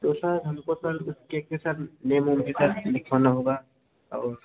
तो सर हम को सर उस केक के साथ नेम उम भी सर लिखवाना होगा और